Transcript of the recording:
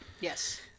Yes